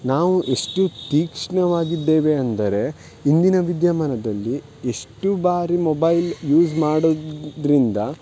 ನಾವು ಎಷ್ಟು ತೀಕ್ಷ್ಣವಾಗಿದ್ದೇವೆ ಅಂದರೆ ಇಂದಿನ ವಿದ್ಯಮಾನದಲ್ಲಿ ಎಷ್ಟು ಬಾರಿ ಮೊಬೈಲ್ ಯೂಸ್ ಮಾಡೋದರಿಂದ